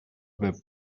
whip